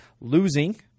losing